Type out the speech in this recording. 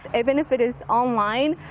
even if it is online,